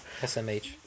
smh